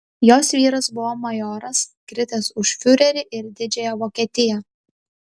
jos vyras buvo majoras kritęs už fiurerį ir didžiąją vokietiją